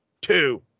two